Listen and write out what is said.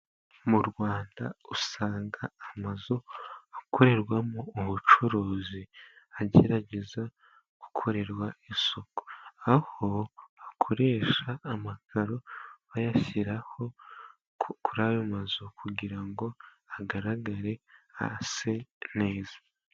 Mu Rwanda usanga amazu akorerwamo ubucuruzi, agerageza gukorerwa isuku, aho akoresha amakaro, bayashyiraho kuri ayo mazu, kugira ngo agaragare hase neza.